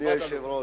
אדוני היושב-ראש,